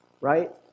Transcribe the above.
right